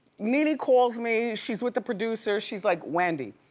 nene calls me, she's with the producers, she's like wendy,